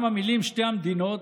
גם המילים "שתי מדינות",